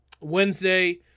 Wednesday